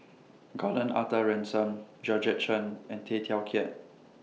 Gordon Arthur Ransome Georgette Chen and Tay Teow Kiat